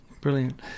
Brilliant